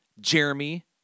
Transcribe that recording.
Jeremy